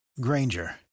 Granger